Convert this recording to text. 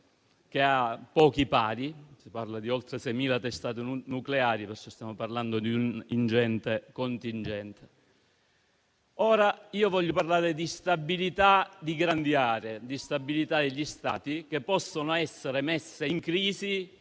che ha pochi pari. Si parla di oltre 6.000 testate nucleari: quindi, stiamo parlando di un ingente contingente militare. Ora, io voglio parlare di stabilità di grandi aree, di stabilità degli Stati, che possono essere messi in crisi